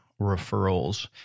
referrals